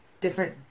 different